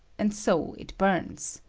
and so it burns.